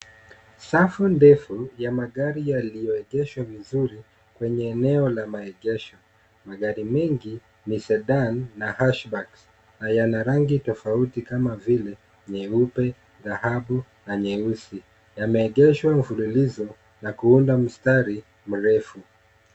Safu ndefu ya magari yaliyoegeshwa vizuri kwenye eneo la maegesho. Magari mengi ni sedan na hatchback na yana rangi tofauti kama vile nyeupe, dhahabu na nyeusi. Yameegeshwa mfululizo na kuunda mstari mrefu.